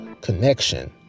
connection